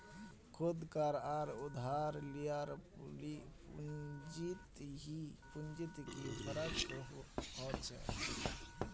खुद कार आर उधार लियार पुंजित की फरक होचे?